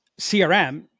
CRM